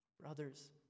Brothers